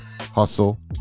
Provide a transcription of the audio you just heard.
hustle